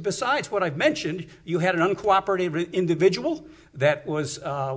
besides what i've mentioned you had an uncooperative individual that was